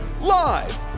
Live